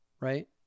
Right